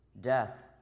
Death